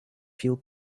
feel